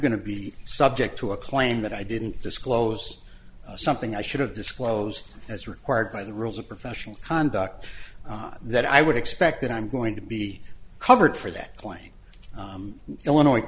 going to be subject to a claim that i didn't disclose something i should have disclosed as required by the rules of professional conduct that i would expect that i'm going to be covered for that claim illinois